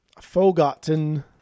Forgotten